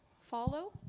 follow